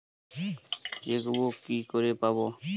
Chequebook কি করে পাবো?